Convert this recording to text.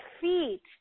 feet